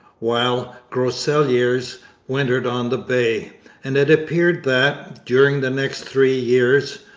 while groseilliers wintered on the bay and it appears that, during the next three years,